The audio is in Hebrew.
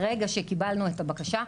ברגע שקיבלנו את הבקשה,